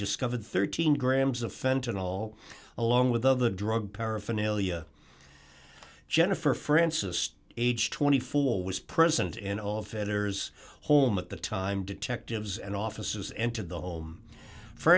discovered thirteen grams of fenton all along with other drug paraphernalia jennifer francis age twenty four was present in all of feather's home at the time detectives and officers entered the home